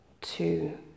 two